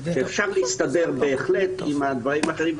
שאפשר להסתדר בהחלט עם הדברים האחרים.